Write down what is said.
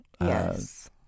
Yes